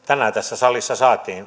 tänään tässä salissa saatiin